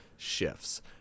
shifts